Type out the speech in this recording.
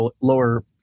lower